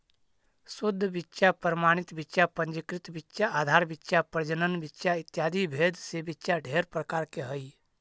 शुद्ध बीच्चा प्रमाणित बीच्चा पंजीकृत बीच्चा आधार बीच्चा प्रजनन बीच्चा इत्यादि भेद से बीच्चा ढेर प्रकार के हई